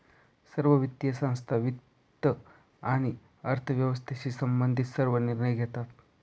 सर्व वित्तीय संस्था वित्त आणि अर्थव्यवस्थेशी संबंधित सर्व निर्णय घेतात